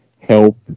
help